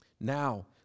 Now